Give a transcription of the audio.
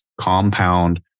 Compound